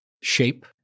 Shape